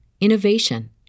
innovation